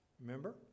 remember